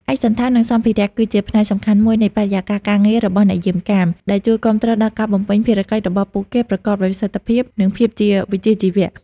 ឯកសណ្ឋាន និងសម្ភារៈ គឺជាផ្នែកសំខាន់មួយនៃបរិយាកាសការងាររបស់អ្នកយាមកាម ដែលជួយគាំទ្រដល់ការបំពេញភារកិច្ចរបស់ពួកគេប្រកបដោយប្រសិទ្ធភាព និងភាពជាវិជ្ជាជីវៈ។